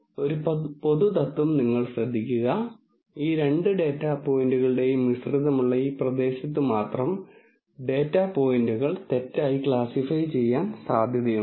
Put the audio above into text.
അതിനാൽ ഒരു പൊതുതത്ത്വം നിങ്ങൾ ശ്രദ്ധിക്കുക ഈ രണ്ട് ഡാറ്റാ പോയിന്റുകളുടെയും മിശ്രിതമുള്ള ഈ പ്രദേശത്ത് മാത്രം ഡാറ്റാ പോയിന്റുകൾ തെറ്റായി ക്ലാസ്സിഫൈ ചെയ്യാൻ സാധ്യതയുണ്ട്